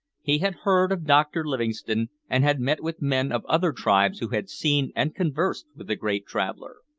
he had heard of dr livingstone, and had met with men of other tribes who had seen and conversed with the great traveller.